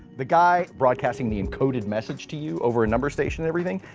the guy broadcasting the encoded message to you over a number station and everything,